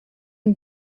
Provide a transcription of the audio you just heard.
une